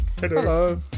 Hello